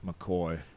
McCoy